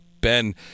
Ben